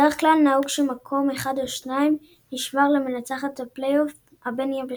בדרך כלל נהוג שמקום אחד או שניים נשמר למנצחות הפלייאוף הבין-יבשתי.